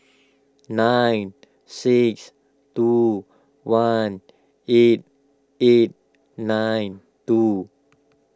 nine six two one eight eight nine two